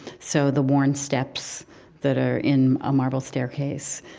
so the worn steps that are in a marble staircase,